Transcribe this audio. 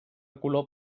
color